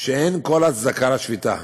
שאין כל הצדקה לשביתה,